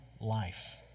life